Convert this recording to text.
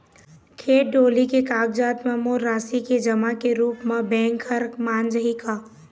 खेत डोली के कागजात म मोर राशि के जमा के रूप म बैंक हर मान जाही का?